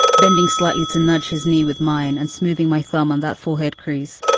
bending slightly to nudge his knee with mine and smoothing my foam on that full head crease.